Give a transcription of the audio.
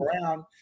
Brown